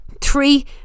Three